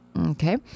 Okay